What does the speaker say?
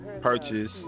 purchase